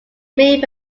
made